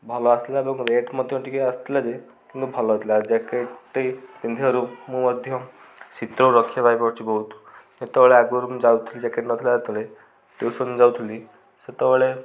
ଭଲ ଆସିଲା ଏବଂ ରେଟ୍ ମଧ୍ୟ ଟିକେ ଆସିଥିଲା ଯେ କିନ୍ତୁ ଭଲ ହେଇଥିଲା ଜ୍ୟାକେଟ୍ଟି ପିନ୍ଧିବାରୁ ମୁଁ ମଧ୍ୟ ଶୀତରୁ ରକ୍ଷା ପାଇ ପାରୁଛି ବହୁତ ଯେତେବେଳେ ଆଗରୁ ମୁଁ ଯାଉଥିଲି ଜ୍ୟାକେଟ୍ ନଥିଲା ଯେତେବେଳେ ଟ୍ୟୁସନ୍ ଯାଉଥିଲି ସେତେବେଳେ